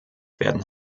werden